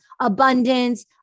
abundance